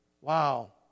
Wow